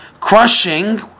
crushing